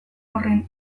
horren